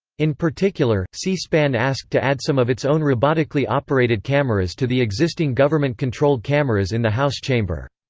in particular, c-span asked to add some of its own robotically operated cameras to the existing government-controlled cameras in the house chamber.